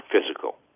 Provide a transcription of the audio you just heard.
physical